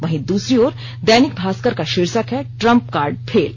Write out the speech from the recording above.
वहीं दूसरी ओर दैनिक भास्कर का शीर्षक है ट्रंप कार्ड फेल